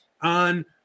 on